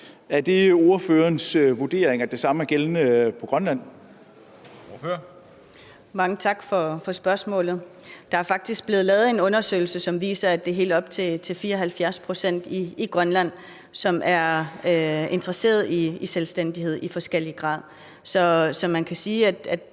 Ordføreren. Kl. 20:09 Aaja Chemnitz Larsen (IA): Mange tak for spørgsmålet. Der er faktisk blevet lavet en undersøgelse, som viser, at det er helt op til 74 pct. i Grønland, som er interesseret i selvstændighed i forskellig grad. Så man kan sige, at